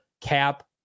cap